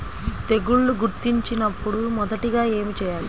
తెగుళ్లు గుర్తించినపుడు మొదటిగా ఏమి చేయాలి?